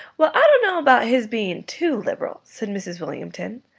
well, i don't know about his being too liberal, said mrs. wilmington,